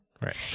Right